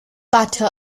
battle